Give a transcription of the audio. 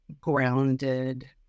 grounded